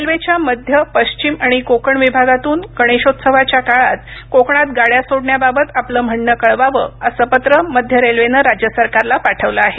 रेल्वेच्या मध्य पश्चिम आणि कोकण विभागातून गणेशोत्सवाच्या काळात कोकणात गाड्या सोडण्याबाबत आपलं म्हणणं कळवावं असं पत्र मध्य रेल्वेनं राज्य सरकारला पाठवलं आहे